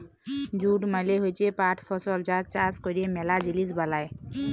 jute মালে হচ্যে পাট ফসল যার চাষ ক্যরে ম্যালা জিলিস বালাই